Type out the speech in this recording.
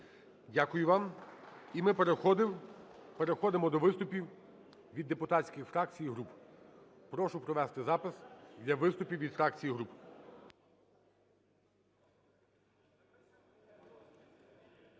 Дякую вам. І ми переходимо до виступів від депутатських фракцій і груп. Прошу провести запис для виступів від фракцій і груп.